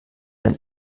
ein